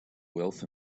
wealth